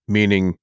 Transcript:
Meaning